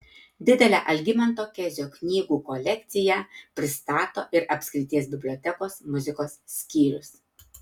didelę algimanto kezio knygų kolekciją pristato ir apskrities bibliotekos muzikos skyrius